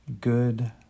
good